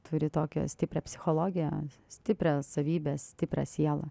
turi tokią stiprią psichologiją stiprią savybę stiprią sielą